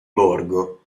borgo